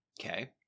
Okay